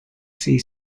see